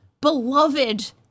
beloved